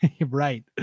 Right